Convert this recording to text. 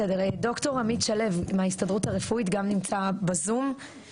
ד"ר עמית שלו מההסתדרות הרפואית גם נמצא בזום,